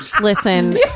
Listen